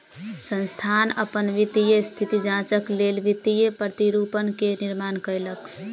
संस्थान अपन वित्तीय स्थिति जांचक लेल वित्तीय प्रतिरूपण के निर्माण कयलक